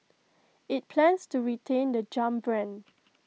IT plans to retain the jump brand